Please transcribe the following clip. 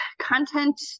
content